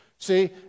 See